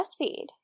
breastfeed